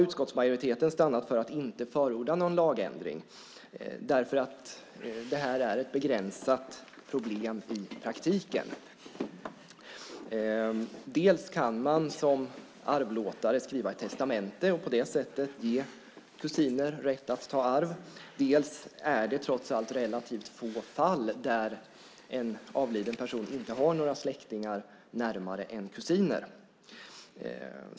Utskottsmajoriteten har dock stannat för att inte förorda någon lagändring därför att det här i praktiken är ett begränsat problem. Dels kan man som arvlåtare skriva ett testamente och på det sättet ge kusiner rätt att ta arv, dels är det trots allt relativt få fall där en avliden person inte har några släktingar närmare än kusiner.